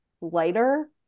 lighter